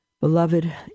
Beloved